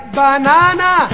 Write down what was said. banana